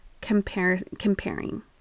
comparing